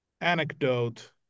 anecdote